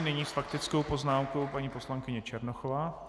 Nyní s faktickou poznámkou paní poslankyně Černochová.